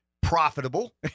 profitable